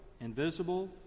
invisible